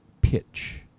pitch